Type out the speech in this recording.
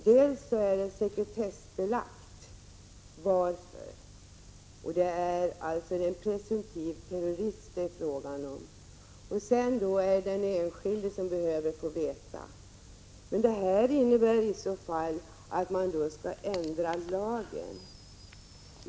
Dels är skälen sekretessbelagda när det gäller en presumtiv terrorist, dels behöver den enskilde få veta vilka skälen är. Men det här innebär i så fall att man skall ändra lagen.